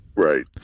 Right